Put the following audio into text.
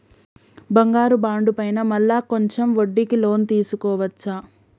బంగారు బాండు పైన మళ్ళా కొంచెం వడ్డీకి లోన్ తీసుకోవచ్చా?